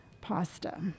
pasta